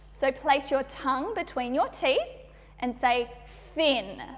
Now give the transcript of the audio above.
so place your tongue between your teeth and say thin,